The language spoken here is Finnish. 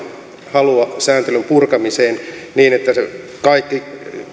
halua sääntelyn purkamiseen niin että kaikki